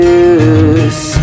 use